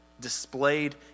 displayed